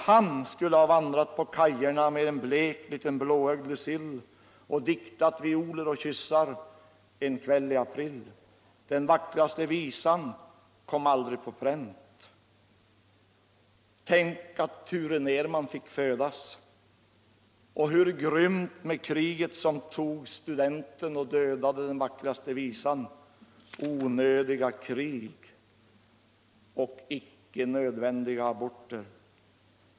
Han skulle ha vandrat vid kajerna med en blek liten blåögd Lucile och diktat violer och kyssar Den vackraste visan om kärleken kom aldrig på pränt. Tänk att Ture Nerman fick födas, och hur grymt med kriget som tog studenten och dödade den vackraste visan — onödiga krig och icke nödvändiga aborter.